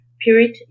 period